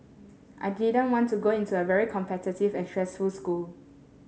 I didn't want to go into a very competitive and stressful school